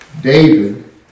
David